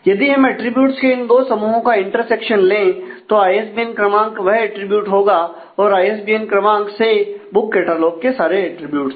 यदि हम अटरीब्यूट्स के इन दो समूहों का इंटरसेक्शन ले तो आईएसबीएन क्रमांक वह अटरीब्यूट होगा और आईएसबीएन क्रमांक → बुक कैटलॉग के सारे अट्रिब्यूट्स